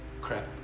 Crap